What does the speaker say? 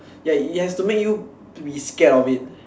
ya it have to make you be scared of it